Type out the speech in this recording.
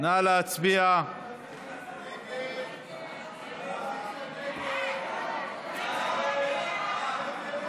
(הסמכת בית משפט לעניינים מינהליים לדון